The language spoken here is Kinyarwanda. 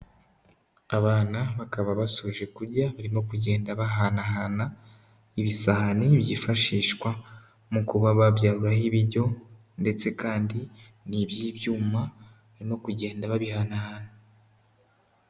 Abana bakaba basoje kurya barimo kugenda bahanahana ibisahane byifashishwa mu kuba babyaruriraho ibiryo ndetse kandi ni iby'ibyuma barimo kugenda babihanahana.